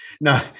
No